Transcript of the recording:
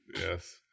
Yes